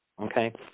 okay